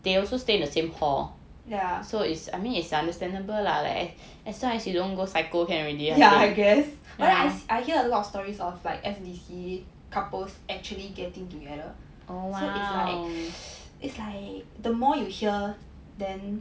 yeah yeah I guess but I hear a lot of stories of like S_N_D_C couples actually getting together so it's like it's like the more you hear then